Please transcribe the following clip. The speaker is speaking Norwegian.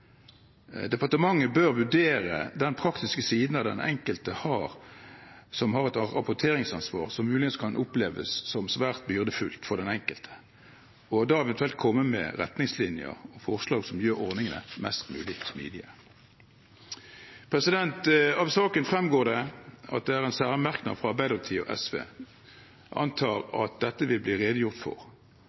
Departementet bør vurdere den praktiske siden ved et rapporteringsansvar, som muligens kan oppleves som svært byrdefullt for den enkelte, og eventuelt komme med retningslinjer og forslag som gjør ordningene mest mulig smidige. Av saken fremgår det at det er en særmerknad fra Arbeiderpartiet og SV. Jeg antar at det vil bli redegjort for